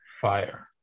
Fire